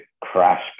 crash